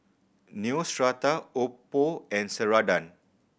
Neostrata Oppo and Ceradan